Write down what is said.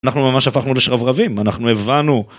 אנחנו ממש הפכנו לשרברבים, אנחנו הבנו.